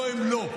לא, הם לא.